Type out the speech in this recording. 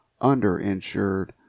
underinsured